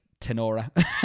tenora